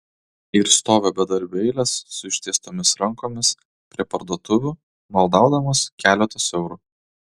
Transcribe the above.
ir stovi bedarbių eilės su ištiestomis rankomis prie parduotuvių maldaudamos keleto eurų